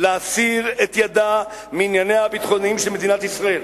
להסיר את ידה מענייניה הביטחוניים של מדינת ישראל.